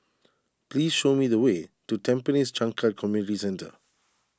please show me the way to Tampines Changkat Community Centre